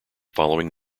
following